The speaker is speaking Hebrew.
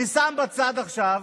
אני שם בצד עכשיו,